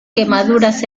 quemaduras